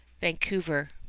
Vancouver